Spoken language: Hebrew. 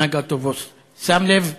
נהג האוטובוס שם לב,